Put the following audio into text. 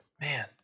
Man